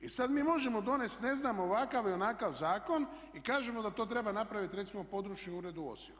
I sad mi možemo donijeti ne znam ovakav i onakav zakon i kažemo da to treba napraviti recimo Područni ured u Osijeku.